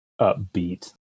upbeat